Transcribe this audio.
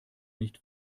nicht